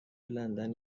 لندن